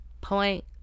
Point